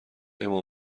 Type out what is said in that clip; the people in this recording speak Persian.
اما